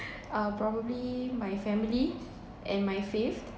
uh probably my family and my faith